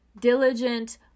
diligent